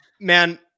man